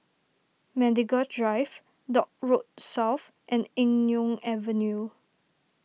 Medical Drive Dock Road South and Eng Neo Avenue